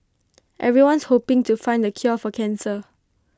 everyone's hoping to find the cure for cancer